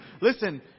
Listen